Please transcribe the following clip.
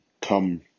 come